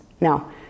Now